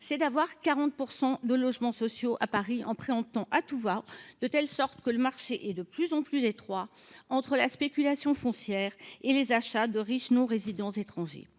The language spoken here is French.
est de compter 40 % de logements sociaux à Paris, en préemptant à tout va, de sorte que le marché est de plus en plus étroit entre la spéculation foncière et les achats de riches non résidents étrangers.